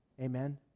Amen